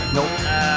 Nope